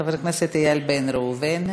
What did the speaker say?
חבר הכנסת איל בן ראובן.